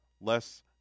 less